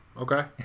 Okay